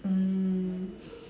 mm